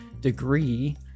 degree